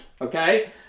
Okay